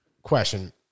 Question